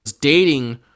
Dating